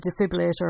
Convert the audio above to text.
defibrillator